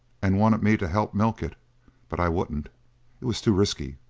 and wanted me to help milk it but i wouldn't it was too risky.